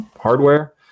hardware